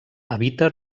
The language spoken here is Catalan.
habita